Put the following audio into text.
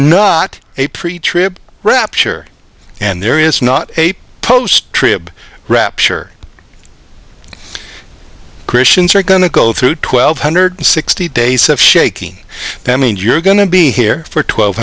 not a pretty trip rapture and there is not a post trip rapture christians are going to go through twelve hundred sixty days of shaking that means you're going to be here for twelve